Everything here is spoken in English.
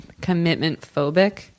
commitment-phobic